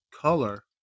color